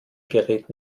gerät